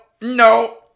no